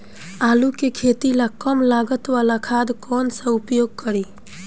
आलू के खेती ला कम लागत वाला खाद कौन सा उपयोग करी?